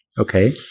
Okay